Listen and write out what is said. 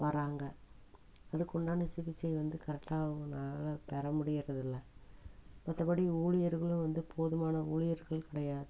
வராங்க அதுக்குண்டான சிகிச்சை வந்து கரெக்டாக அவங்கனால் தர முடிகிறதில்ல மற்றபடி ஊழியர்களும் வந்து போதுமான ஊழியர்களும் கிடையாது